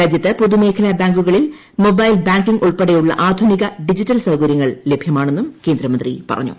രാജ്യത്ത് പൊതുമേഖല ബാങ്കുകളിൽ മൊബൈൽ ബാങ്കിംഗ് ഉൾപ്പടെയുള്ള ആധുനിക ഡിജിറ്റൽ സൌകര്യങ്ങൾ ലഭ്യമാണെന്നും കേന്ദ്രമന്ത്രി പറഞ്ഞു